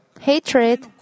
hatred